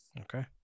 okay